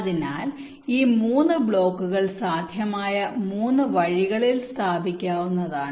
അതിനാൽ ഈ 3 ബ്ലോക്കുകൾ സാധ്യമായ 3 വഴികളിൽ സ്ഥാപിക്കാവുന്നതാണ്